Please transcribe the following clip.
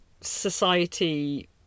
society